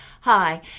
Hi